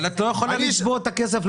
את לא יכולה לצבוע את הכסף.